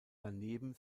daneben